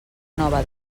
nova